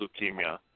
leukemia